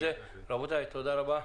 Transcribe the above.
רבותיי, תודה רבה.